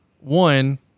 One